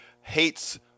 hates